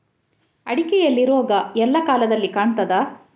ಅಡಿಕೆಯಲ್ಲಿ ರೋಗ ಎಲ್ಲಾ ಕಾಲದಲ್ಲಿ ಕಾಣ್ತದ?